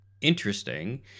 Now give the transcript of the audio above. interesting